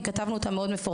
כי היא מאוד מפורטת,